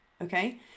Okay